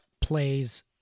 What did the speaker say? plays